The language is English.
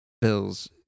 Bills